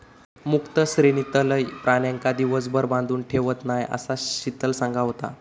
मुक्त श्रेणीतलय प्राण्यांका दिवसभर बांधून ठेवत नाय, असा शीतल सांगा होता